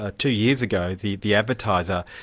ah two years ago, the the advertiser,